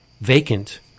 vacant